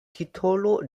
titolo